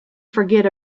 forget